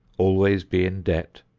always be in debt,